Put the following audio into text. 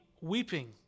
weeping